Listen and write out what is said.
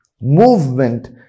movement